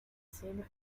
zehn